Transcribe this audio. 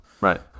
right